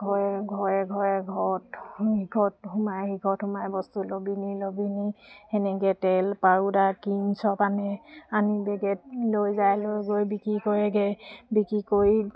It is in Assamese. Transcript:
কৰে ঘৰে ঘৰে ঘৰে ঘৰত ইঘৰত সোমায় সিঘৰত সোমায় বস্তু ল'বি নি ল'বি নি সেনেকৈ তেল পাউদাৰ ক্ৰীম চব আনে আনি বেগত লৈ যায় লৈ গৈ বিক্ৰী কৰেগৈ বিক্ৰী কৰি